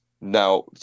now